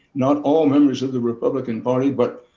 not all members of the republican party, but,